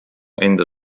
enda